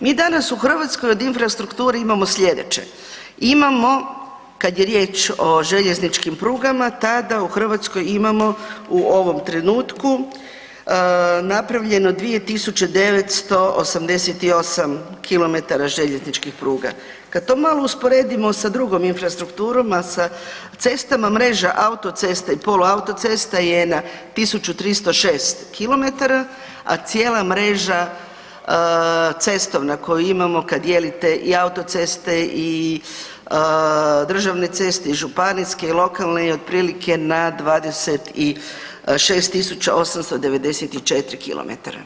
Mi danas u Hrvatskoj od infrastrukture imamo sljedeće, imamo kada je riječ o željezničkim prugama tada u Hrvatskoj imamo u ovom trenutku napravljeno 2.988 km željezničkih pruga, kada to malo usporedimo sa drugom infrastrukturama cestama mreže autoceste i poluautoceste je na 1.306 km, a cijela mreža cestovna koju imamo kad dijelite i autoceste i državne ceste i županijske i lokalne je otprilike na 26.894 km.